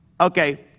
Okay